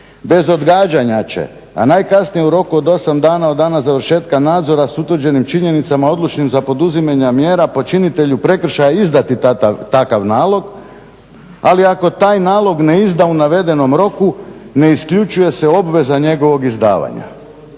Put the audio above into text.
bez odgađanja će a najkasnije u roku od 8 dana od dana završetka nadzora s utvrđenim činjenicama odlučnim za poduzimanje mjera počinitelju prekršaja izdati takav nalog. Ali ako taj nalog ne izda u navedenom roku ne isključuje se obveza njegovog izdavanja."